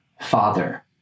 Father